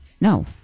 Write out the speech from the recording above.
No